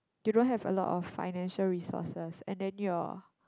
you don't have a lot of financial resources and then your